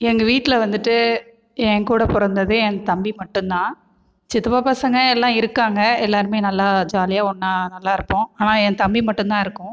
எங்கள் வீட்டில் வந்துகிட்டு என் கூட பிறந்தது என் தம்பி மட்டும் தான் சித்தப்பா பசங்க எல்லா இருக்காங்கள் எல்லாருமே நல்லா ஜாலியாக ஒண்ணாக நல்லா இருப்போம் ஆனால் என் தம்பி மட்டும் தான் இருக்கோம்